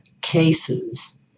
cases